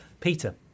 Peter